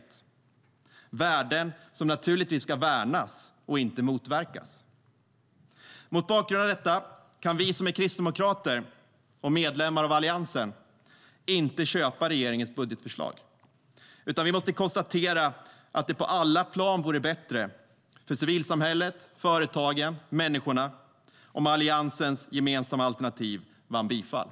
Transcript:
Det är värden som naturligtvis ska värnas och inte motverkas. Mot bakgrund av detta kan vi som är kristdemokrater och medlemmar av Alliansen inte köpa regeringens budgetförslag. Vi måste konstatera att det på alla plan vore bättre för civilsamhället, för företagen och för människorna om Alliansens gemensamma alternativ vann bifall.